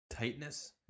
tightness